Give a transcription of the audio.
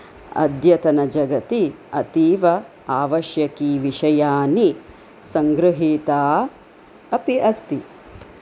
अद्यतनजगती अतीव आवश्यकी विषयानि संगृहीता अपि अस्ति